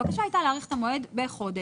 הבקשה הייתה להאריך את המועד בחודש.